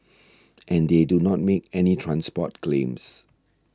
and they do not make any transport claims